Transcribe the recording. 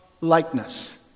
likeness